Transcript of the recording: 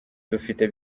dufite